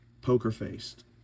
poker-faced